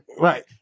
Right